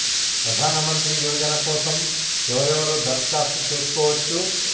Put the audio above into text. ప్రధానమంత్రి యోజన కోసం ఎవరెవరు దరఖాస్తు చేసుకోవచ్చు?